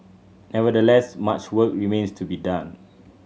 nevertheless much work remains to be done